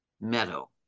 Meadow